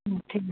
ঠি